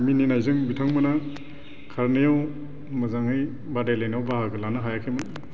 मिनिनायजों बिथांमोना खारनायाव मोजाङै बादायलायनायाव बाहागो लानो हायाखैमोन